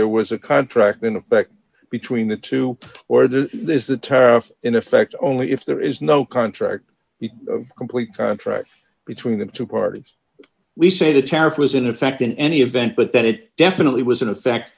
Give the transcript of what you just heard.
there was a contract in effect between the two or that there's the tariff in effect only if there is no contract the complete contract between the two parties we say the tariff was in effect in any event but that it definitely was in effect